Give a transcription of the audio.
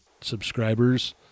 subscribers